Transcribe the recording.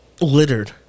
littered